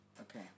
Okay